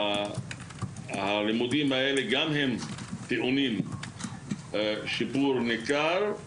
הלימודים האלה, גם הם טעונים שיפור ניכר,